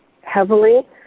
heavily